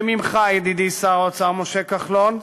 וממך, ידידי שר האוצר משה כחלון,